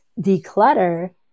declutter